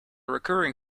recurring